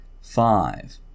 Five